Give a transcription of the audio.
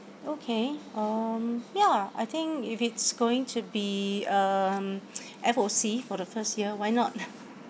okay um ya I think if it's going to be um F_O_C for the first year why not